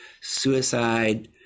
Suicide